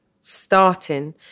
starting